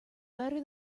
better